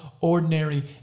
ordinary